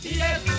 yes